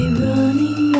running